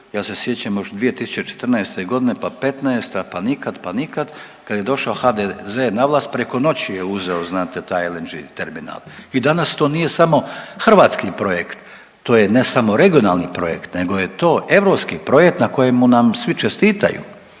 ja se sjećam još 2014. g. pa '15., pa nikad, pa nikad, kad je došao HDZ na vlast, preko noću je uzeo znate, taj LNG terminal i danas to nije samo hrvatski projekt, to je, ne samo regionalni projekt nego je to europski projekt na koju nam svi čestitaju,